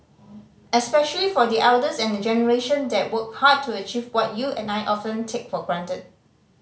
especially for the elders and the generation that worked hard to achieve what you and I often take for granted